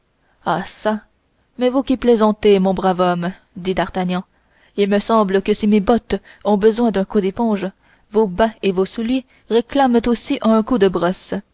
ah çà mais vous qui plaisantez mon brave homme dit d'artagnan il me semble que si mes bottes ont besoin d'un coup d'éponge vos bas et vos souliers réclament aussi un coup de brosse